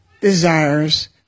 desires